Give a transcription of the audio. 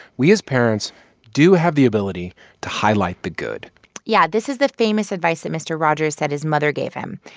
we as parents do have the ability to highlight the good yeah. this is the famous advice that mr. rogers said his mother gave him.